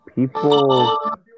People